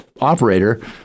operator